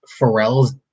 Pharrell's